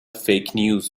فیکنیوز